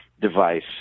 device